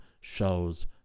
shows